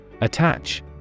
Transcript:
Attach